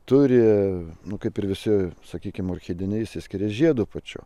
turi nu kaip ir visi sakykime orchidiniai išsiskiria žiedu pačiu